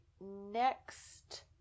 next